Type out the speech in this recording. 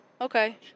Okay